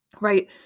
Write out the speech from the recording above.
right